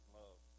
love